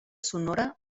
sonora